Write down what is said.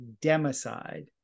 Democide